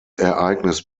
ereignis